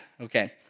okay